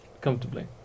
comfortably